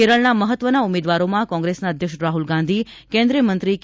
કેરળના મહત્વના ઉમેદવારોમાં કોંગ્રેસના અધ્યક્ષ રાહુલ ગાંધી કેન્દ્રિય મંત્રી કે